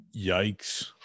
Yikes